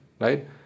right